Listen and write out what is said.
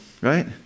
right